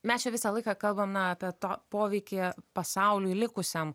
mes čia visą laiką kalbam na apie to poveikį pasauliui likusiam